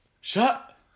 Shut